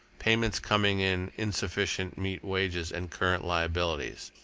payments coming in insufficient meet wages and current liabilities.